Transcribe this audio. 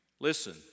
Listen